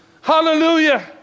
Hallelujah